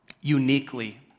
uniquely